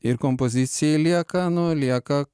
ir kompozicijai lieka nu lieka